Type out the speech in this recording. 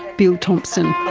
bill thompson.